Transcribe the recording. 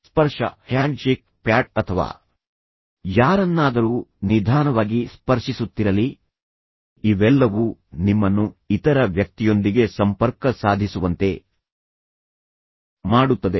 ಸ್ಪರ್ಶ handshake pat ಅಥವಾ ಯಾರನ್ನಾದರೂ ನಿಧಾನವಾಗಿ ಸ್ಪರ್ಶಿಸುತ್ತಿರಲಿ ಇವೆಲ್ಲವೂ ನಿಮ್ಮನ್ನು ಇತರ ವ್ಯಕ್ತಿಯೊಂದಿಗೆ ಸಂಪರ್ಕ ಸಾಧಿಸುವಂತೆ ಮಾಡುತ್ತದೆ